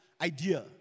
idea